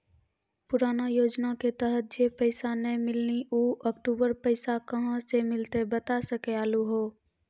पुराना योजना के तहत जे पैसा नै मिलनी ऊ अक्टूबर पैसा कहां से मिलते बता सके आलू हो?